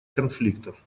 конфликтов